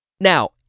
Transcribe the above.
Now